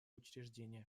учреждениях